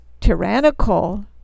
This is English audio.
tyrannical